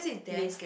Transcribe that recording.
list